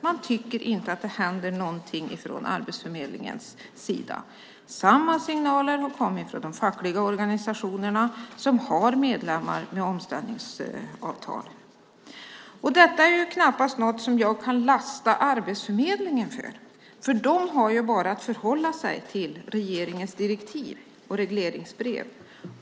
Man tycker inte att det händer någonting från Arbetsförmedlingens sida. Samma signaler har kommit från de fackliga organisationerna som har medlemmar med omställningsavtal. Detta är knappast något jag kan lasta Arbetsförmedlingen för. De har att förhålla sig till regeringens direktiv och regleringsbrev.